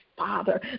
Father